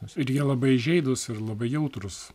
ir jie labai įžeidūs ir labai jautrūs